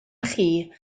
chi